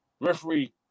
referee